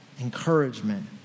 encouragement